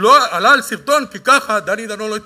עלה על שרטון, כי ככה דני דנון לא יתפטר.